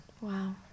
Wow